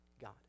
God